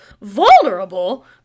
vulnerable